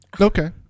Okay